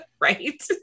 right